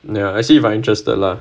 ya I see if I interested lah